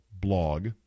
blog